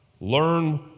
Learn